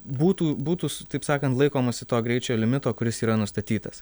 būtų būtų taip sakant laikomasi to greičio limito kuris yra nustatytas